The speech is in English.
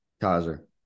Kaiser